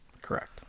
Correct